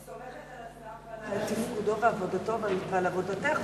אני סומכת על השר ועל תפקודו ועבודתו ועל עבודתך,